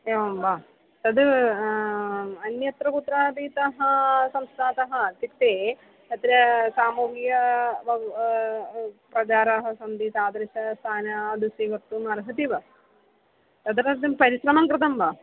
एवं वा तद् अन्यत्र कुत्रापि संस्थातः इत्युक्ते अत्र सामूल्य प्रचाराः सन्ति तादृश स्थानादृशी वक्तुम् अर्हति वा तदर्थं परिश्रमं कृतं वा